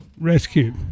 rescue